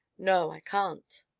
no, i can't.